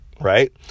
right